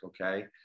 Okay